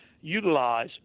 utilize